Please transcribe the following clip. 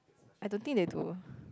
I don't think they do